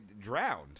drowned